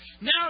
Now